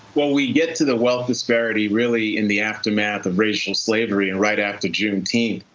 well, we get to the wealth disparity really in the aftermath of racial slavery. and right after juneteenth,